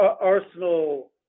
Arsenal